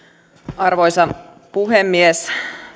arvoisa puhemies